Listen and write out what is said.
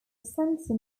censor